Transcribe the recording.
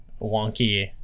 wonky